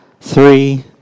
three